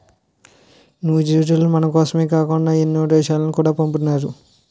నూజివీడు రసాలను మనకోసమే కాకుండా ఎన్నో దేశాలకు కూడా పంపుతారు